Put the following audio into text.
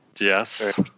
Yes